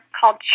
called